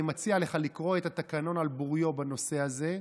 אני מציע לך לקרוא את התקנון על בוריו בנושא הזה,